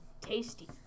Tasty